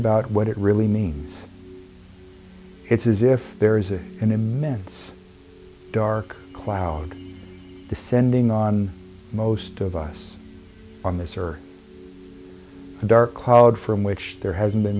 about what it really means it's as if there is an immense dark cloud descending on most of us on this or a dark cloud from which there hasn't been